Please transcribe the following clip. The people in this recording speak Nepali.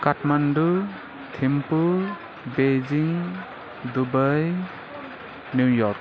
Kathmandu Thimphu Beijing Dubai New York